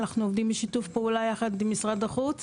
אנחנו עובדים בשיתוף פעולה יחד עם משרד החוץ